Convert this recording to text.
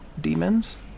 Demons